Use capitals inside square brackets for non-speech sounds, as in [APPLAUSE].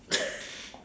[LAUGHS]